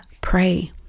Pray